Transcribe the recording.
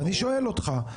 ואני שואל אותך,